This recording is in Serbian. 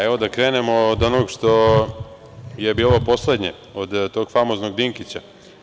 Evo, da krenemo od onog što je bilo poslednje, od tog famoznog Dinkića.